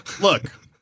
Look